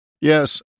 Yes